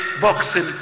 boxing